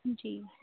جی